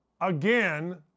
again